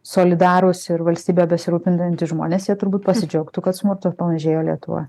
solidarūs ir valstybe besirūpinantys žmonės turbūt pasidžiaugtų kad smurto pamažėjo lietuvoj